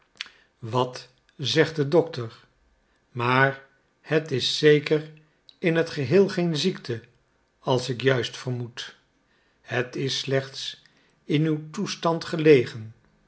wat zegt de dokter maar het is zeker in t geheel geen ziekte als ik juist vermoed het is slechts in uw toestand gelegen